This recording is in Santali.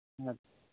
ᱟᱪᱪᱷᱟ